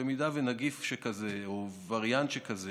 במידה שנגיף שכזה או וריאנט שכזה